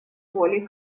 воли